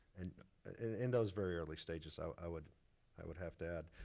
and and in those very early stages, i would i would have to add,